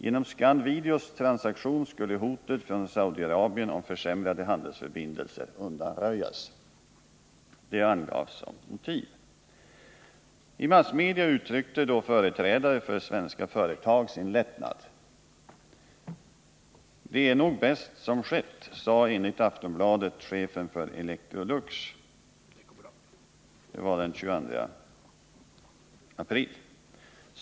Genom Scand-Videos transaktion skulle hotet från Saud arabien om försämrade handelsförbindelser undanröjas. Det angavs som motiv för köpet. I massmedia uttryckte företrädare för svenska företag sin lättnad. ”Det är nog bäst som skett”, sade enligt Aftonbladet den 22 april chefen för Electrolux.